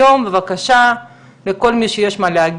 היום, לכל מי שיש להגיד,